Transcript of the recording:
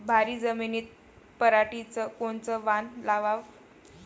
भारी जमिनीत पराटीचं कोनचं वान लावाव?